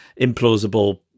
implausible